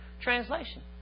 translation